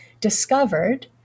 discovered